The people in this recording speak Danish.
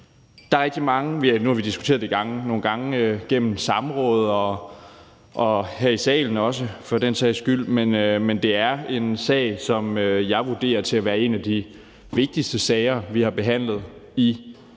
meget på sinde. Nu har vi diskuteret det nogle gange på samråd og for den sags skyld også her i salen, men det er en sag, som jeg vurderer til at være en af de vigtigste sager, vi har behandlet i Folketinget,